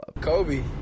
Kobe